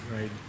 right